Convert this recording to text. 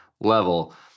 Level